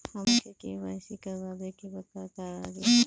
हमरा के.वाइ.सी करबाबे के बा का का लागि?